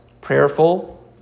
prayerful